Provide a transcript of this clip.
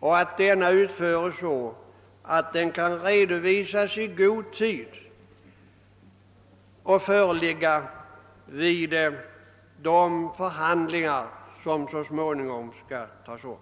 och att detta skall ske i så god tid att resultatet kan föreligga vid de förhandlingar som så småningom skall tas upp.